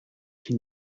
qui